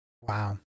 Wow